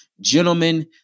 Gentlemen